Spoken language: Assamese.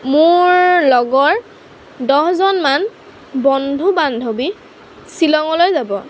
মোৰ লগৰ দহজনমান বন্ধু বান্ধৱী শ্বিলঙলৈ যাব